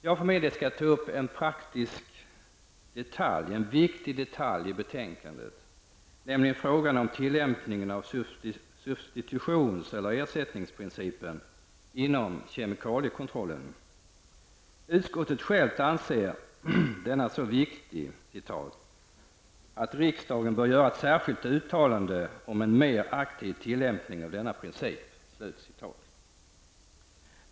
Jag tänker ta upp en viktig praktisk detalj i betänkandet, nämligen tillämpningen av substitutions eller ersättningsprincipen inom kemikaliekontrollen. Utskottet självt anser denna så viktig att ''riksdagen bör göra ett särskilt uttalande om en mer aktiv tillämpning av denna princip''.